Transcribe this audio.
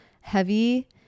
heavy